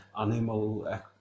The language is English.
animal